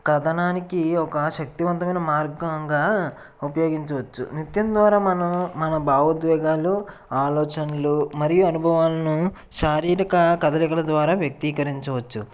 కథనానికి ఒక శక్తివంతమైన మార్గంగా ఉపయోగించవచ్చు నృత్యం ద్వారా మనం మన భావోద్వేగాలు ఆలోచనలు మరియు అనుభవాలను శారీరక కదలికల ద్వారా వ్యక్తీకరించవచ్చు